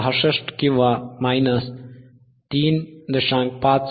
67 किंवा 3